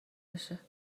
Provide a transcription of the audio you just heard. بشه